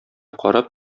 карап